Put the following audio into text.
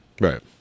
right